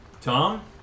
Tom